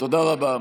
תודה רבה.